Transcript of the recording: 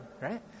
right